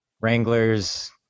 Wranglers